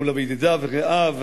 מולה וידידיו ורעיו,